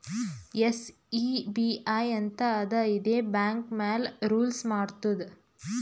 SEBI ಅಂತ್ ಅದಾ ಇದೇ ಬ್ಯಾಂಕ್ ಮ್ಯಾಲ ರೂಲ್ಸ್ ಮಾಡ್ತುದ್